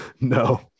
No